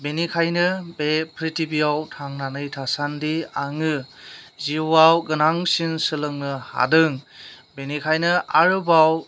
बिनिखायनो बे प्रिथिबियाव थांनानै थासान्दि आङो जिउआव गोनांसिन सोलोंनो हादों बिनिखायनो आरोबाव